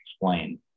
explain